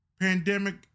Pandemic